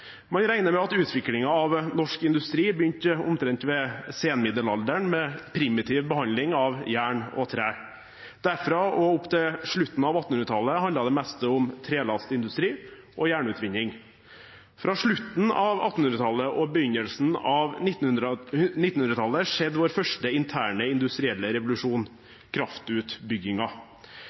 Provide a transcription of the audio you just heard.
Man regner med at utviklingen av norsk industri begynte omtrent ved senmiddelalderen med primitiv behandling av jern og tre. Derfra og opp til slutten av 1800-tallet handlet det meste om trelastindustri og jernutvinning. Fra slutten av 1800-tallet og begynnelsen av 1900-tallet skjedde vår første, interne industrielle revolusjon: